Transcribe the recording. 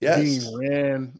Yes